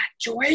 joy